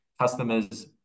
customers